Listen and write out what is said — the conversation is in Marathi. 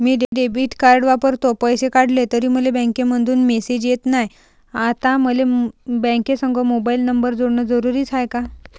मी डेबिट कार्ड वापरतो, पैसे काढले तरी मले बँकेमंधून मेसेज येत नाय, आता मले बँकेसंग मोबाईल नंबर जोडन जरुरीच हाय का?